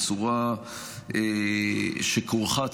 בצורה שכרוכה,